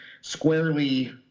squarely